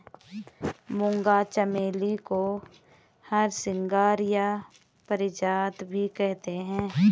मूंगा चमेली को हरसिंगार या पारिजात भी कहते हैं